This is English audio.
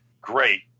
Great